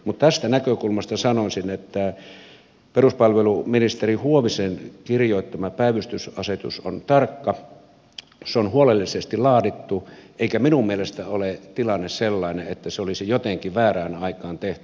mutta tästä näkökulmasta sanoisin että peruspalveluministeri huovisen kirjoittama päivystysasetus on tarkka se on huolellisesti laadittu eikä minun mielestäni ole tilanne sellainen että se olisi jotenkin väärään aikaan tehty